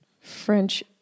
French